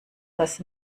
dass